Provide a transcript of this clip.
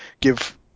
give